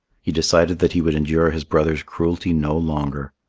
he decided that he would endure his brothers' cruelty no longer.